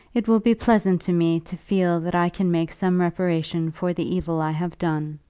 it will be pleasant to me to feel that i can make some reparation for the evil i have done.